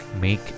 make